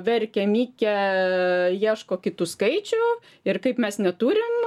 verkia mykia ieško kitų skaičių ir kaip mes neturim